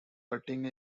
cutting